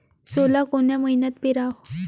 सोला कोन्या मइन्यात पेराव?